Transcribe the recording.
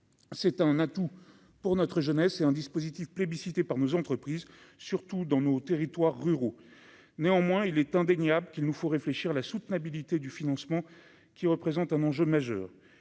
c'est un atout pour notre jeunesse et un dispositif plébiscité par nos entreprises, surtout dans nos territoires ruraux, néanmoins, il est indéniable qu'il nous faut réfléchir la soutenabilité du financement qui représente un enjeu majeur,